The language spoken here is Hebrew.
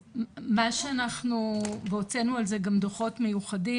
אז מה שאנחנו והוצאנו על זה גם דוחות מיוחדים